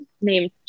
named